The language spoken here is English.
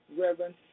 Reverend